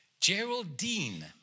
Geraldine